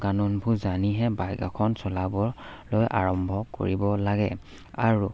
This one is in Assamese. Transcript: কানুনবোৰ জানিহে বাইক এখন চলাবলৈ আৰম্ভ কৰিব লাগে আৰু